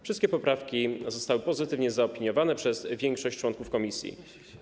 Wszystkie poprawki zostały pozytywnie zaopiniowane przez większość członków komisji.